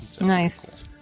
Nice